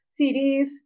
CDs